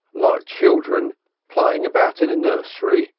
like children playing about in a nursery.